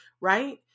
right